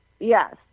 Yes